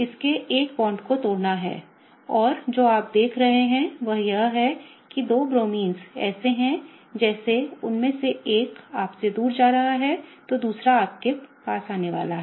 इसके एक बांड को तोड़ना है और जो आप देख रहे हैं वह यह है कि दो ब्रोमाइन्स ऐसे हैं जैसे उनमें से एक आप से दूर जा रहा है तो दूसरा आप की आने वाला है